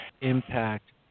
impact